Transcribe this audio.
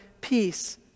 peace